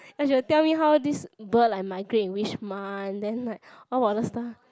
like she will tell me how this bird like migrate in which month then like all other stuff